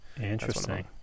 interesting